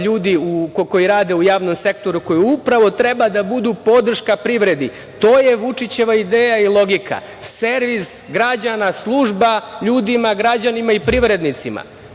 ljudi koji rade u javnom sektoru, koji upravo treba da budu podrška privredi. To je Vučićeva ideja i logika, servis građana, služba ljudima, građanima i privrednicima.Za